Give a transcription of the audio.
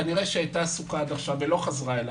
כנראה שהייתה עסוקה כי עד עכשיו לא חזרה אלי,